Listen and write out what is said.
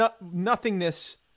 nothingness